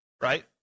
right